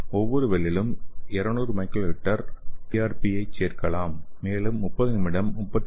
ஒவ்வொரு வெல்லிலும் 200 µl பிஆர்பியைச் சேர்க்கலாம் மேலும் 30 நிமிடம் 37